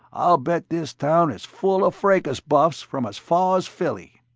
i'll bet this town is full of fracas buffs from as far as philly.